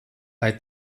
lai